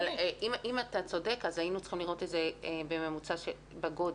אם אתה צודק אז היינו צריכים לראות את זה בממוצע בגודל.